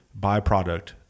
byproduct